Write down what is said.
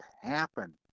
happen